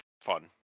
fun